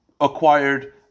acquired